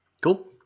Cool